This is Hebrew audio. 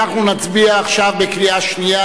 אנחנו נצביע עכשיו בקריאה שנייה,